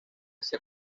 ser